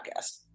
podcast